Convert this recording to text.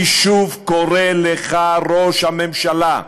אני שוב קורא לך, ראש הממשלה: